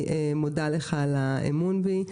אני מודה לך על האמון בי,